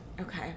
Okay